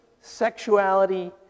sexuality